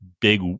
big